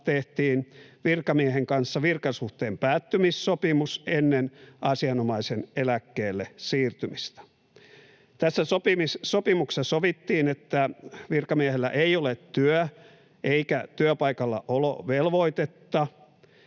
tehtiin virkamiehen kanssa virkasuhteen päättymissopimus ennen asianomaisen eläkkeelle siirtymistä. Tässä sopimuksessa sovittiin, että virkamiehellä ei ole työ- eikä työpaikallaolovelvoitetta.